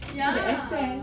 ya